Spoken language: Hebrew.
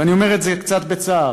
ואני אומר את זה קצת בצער,